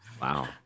wow